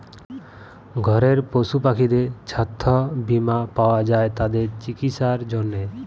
ঘরের পশু পাখিদের ছাস্থ বীমা পাওয়া যায় তাদের চিকিসার জনহে